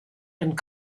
and